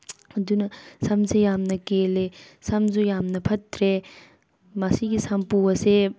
ꯑꯗꯨꯅ ꯁꯝꯁꯦ ꯌꯥꯝꯅ ꯀꯦꯜꯂꯦ ꯁꯝꯁꯨ ꯌꯥꯝꯅ ꯐꯠꯇ꯭ꯔꯦ ꯃꯁꯤꯒꯤ ꯁꯝꯄꯨ ꯑꯁꯦ